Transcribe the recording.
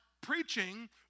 preaching